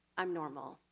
i'm normal.